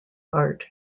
art